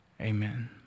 Amen